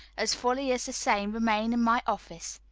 as fully as the same remain in my office.